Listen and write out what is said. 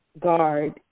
guard